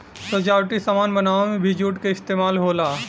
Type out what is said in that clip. सजावटी सामान बनावे में भी जूट क इस्तेमाल होला